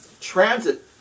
transit